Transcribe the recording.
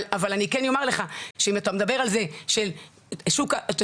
אבל אני כן אומר לך שאם אתה מדבר על זה שאת השוק